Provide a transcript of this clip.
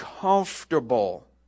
comfortable